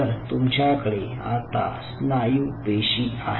तर तुमच्याकडे आता स्नायू पेशीं आहे